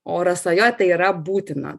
o rasojo tai yra būtina